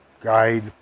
guide